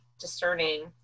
discerning